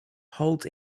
holds